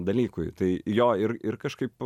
dalykui tai jo ir ir kažkaip